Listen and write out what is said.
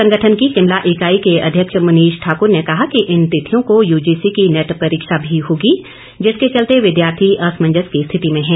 संगठन की शिमला इकाई के अध्यक्ष मनीष ठाक्र ने कहा कि इन तिथियों को यूजीसी की नेट परीक्षा भी होगी जिसके चलते विद्यार्थी असमंजस की स्थिति में हैं